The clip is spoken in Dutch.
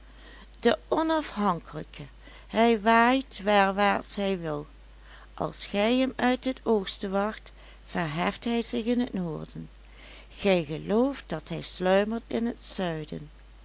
de onafhankelijke hij waait werwaarts hij wil als gij hem uit het oosten wacht verheft hij zich in het noorden gij gelooft dat hij sluimert in het zuiden ziet